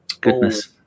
goodness